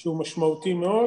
שהוא משמעותי מאוד,